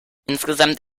insgesamt